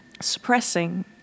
suppressing